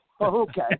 okay